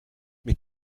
mais